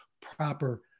proper